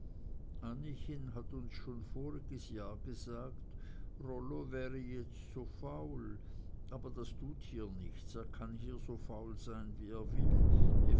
hat uns schon voriges jahr gesagt rollo wäre jetzt so faul aber das tut hier nichts er kann hier so faul sein wie er will